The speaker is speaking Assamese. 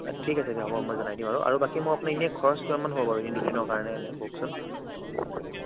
ঠিক আছে দিয়ক হ'ব মই জনাই দিম বাৰু আৰু বাকী মোক আপুনি এনেই খৰচ কিমান মান হ'ব বাৰু এই দুদিনৰ কাৰণে এনে কওকচোন